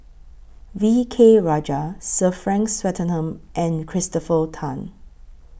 V K Rajah Sir Frank Swettenham and Christopher Tan